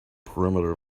perimeter